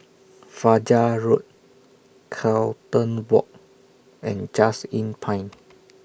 Fajar Road Carlton Walk and Just Inn Pine